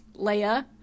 Leia